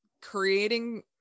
creating